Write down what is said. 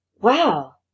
Wow